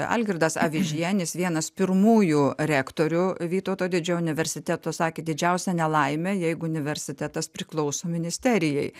algirdas avižienis vienas pirmųjų rektorių vytauto didžiojo universiteto sakė didžiausia nelaimė jeigu universitetas priklauso ministerijai